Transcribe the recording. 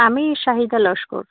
আমি শাহিদা লস্কর